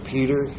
Peter